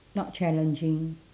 not challenging